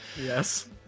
Yes